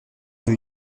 new